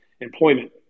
employment